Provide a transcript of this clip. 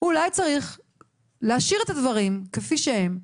- להשאיר את הדברים כפי שהם,